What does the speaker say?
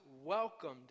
welcomed